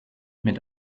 mit